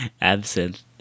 Absinthe